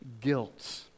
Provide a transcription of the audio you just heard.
guilt